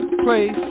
place